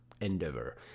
endeavor